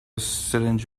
syringe